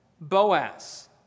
Boaz